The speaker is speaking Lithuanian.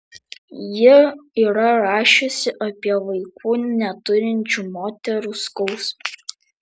ji yra rašiusi apie vaikų neturinčių moterų skausmą